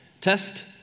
Test